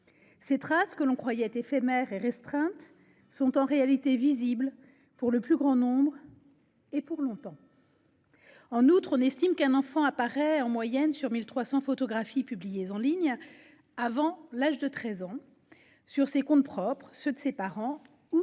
Ces traces, que l'on croyait éphémères et restreintes, sont en réalité visibles par le plus grand nombre et pour longtemps. En outre, on estime qu'un enfant apparaît, en moyenne, sur 1 300 photographies publiées en ligne avant l'âge de 13 ans, sur ses comptes propres, ceux de ses parents ou